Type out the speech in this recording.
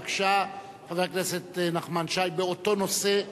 בבקשה, חבר הכנסת נחמן שי, באותו נושא.